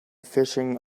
fishing